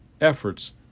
Efforts